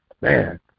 Man